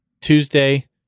Tuesday